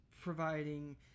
providing